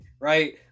right